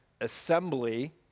assembly